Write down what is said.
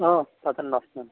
పదండి వస్తున్నాను